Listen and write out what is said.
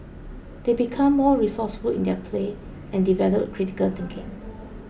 they become more resourceful in their play and develop critical thinking